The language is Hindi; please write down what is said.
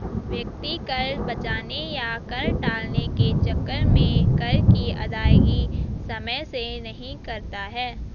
व्यक्ति कर बचाने या कर टालने के चक्कर में कर की अदायगी समय से नहीं करता है